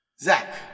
Zach